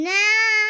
now